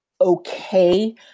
okay